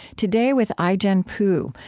today, with ai-jen poo,